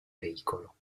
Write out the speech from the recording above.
veicolo